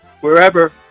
wherever